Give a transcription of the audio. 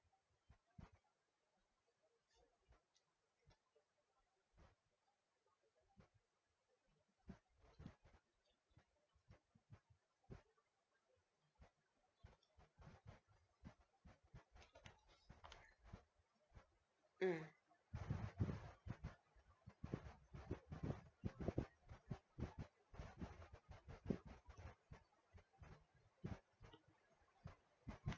mm